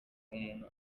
umuntu